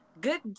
good